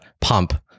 pump